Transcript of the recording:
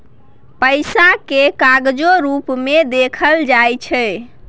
पैसा केँ कागजो रुप मे देखल जाइ छै